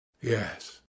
yes